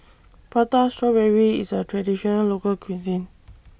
Prata Strawberry IS A Traditional Local Cuisine